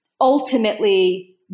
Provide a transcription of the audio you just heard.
ultimately